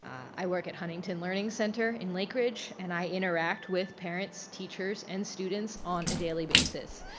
i work at huntington learning center in lake ridge and i interact with parents, teachers, and students on a daily basis.